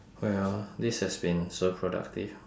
wait ah this has been so productive